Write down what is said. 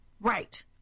Right